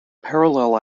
parallel